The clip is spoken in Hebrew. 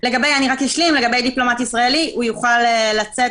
אני רק אשלים: דיפלומט ישראלי יוכל לצאת